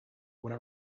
when